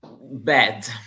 Bad